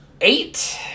Eight